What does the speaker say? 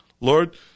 Lord